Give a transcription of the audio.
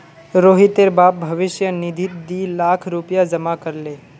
रोहितेर बाप भविष्य निधित दी लाख रुपया जमा कर ले